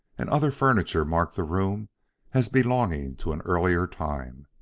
and other furniture marked the room as belonging to an earlier time.